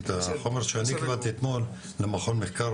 את החומר שאני קיבלתי אתמול למכון מחקר